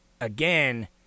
again